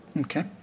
Okay